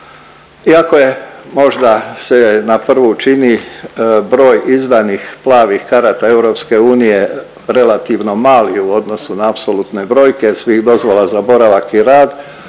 Iako je možda se na prvu čini broj izdanih plavih karata EU relativno mali u odnosu na apsolutne brojke svih dozvola za boravak i rad,